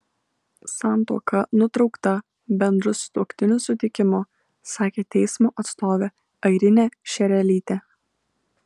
santuoka nutraukta bendru sutuoktinių sutikimu sakė teismo atstovė airinė šerelytė